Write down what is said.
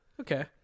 Okay